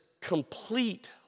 complete